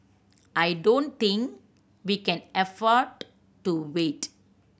I don't think we can afford to wait